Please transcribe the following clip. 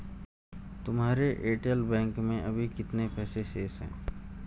तुम्हारे Airtel bank में अभी कितने पैसे शेष हैं?